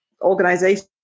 organization